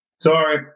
sorry